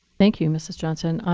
thank you, mrs. johnson.